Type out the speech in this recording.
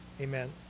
Amen